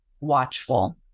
watchful